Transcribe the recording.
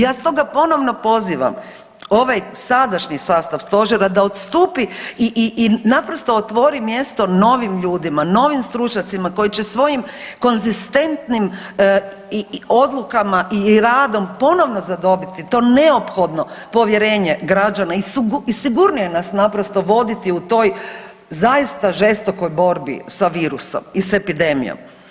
Ja stoga ponovno pozivam ovaj sadašnji sastav stožera da odstupi i naprosto otvori mjesto novim ljudima, novim stručnjacima koji će svojim konzistentnim odlukama i radom ponovno zadobiti to neophodno povjerenje građana i sigurnije nas naprosto voditi u toj zaista žestokoj borbi s virusom i s epidemijom.